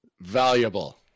valuable